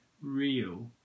real